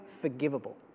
forgivable